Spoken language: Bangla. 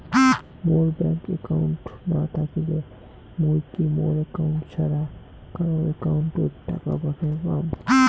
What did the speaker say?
মোর ব্যাংক একাউন্ট না থাকিলে মুই কি মোর একাউন্ট ছাড়া কারো একাউন্ট অত টাকা পাঠের পাম?